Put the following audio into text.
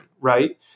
right